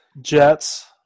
Jets